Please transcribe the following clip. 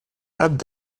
abd